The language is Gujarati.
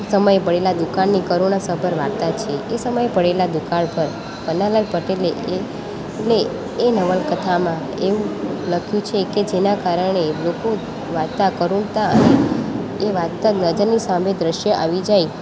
સમયે પડેલા દુકાળની કરુણા સભર વાર્તા છે એ સમયે પડેલા દુકાળ પર પન્નાલાલ પટેલે એ ને એ નવલકથામાં એવું લખ્યું છે કે જેના કારણે લોકો વાંચતાં કરુણતા અને એ વાંચતાં નજરની સામે દૃશ્ય આવી જાય